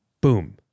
boom